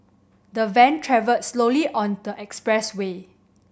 the van travelled slowly on the expressway